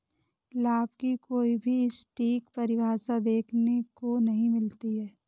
लाभ की कोई भी सटीक परिभाषा देखने को नहीं मिलती है